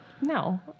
No